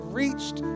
reached